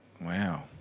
wow